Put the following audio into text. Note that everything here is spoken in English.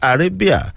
Arabia